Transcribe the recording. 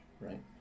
right